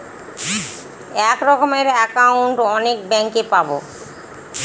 এক রকমের একাউন্ট অনেক ব্যাঙ্কে পাবো